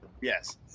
Yes